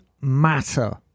matter